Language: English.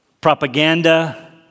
propaganda